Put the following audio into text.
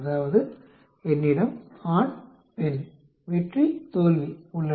அதாவது என்னிடம் ஆண் பெண் வெற்றி தோல்வி உள்ளன